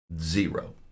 Zero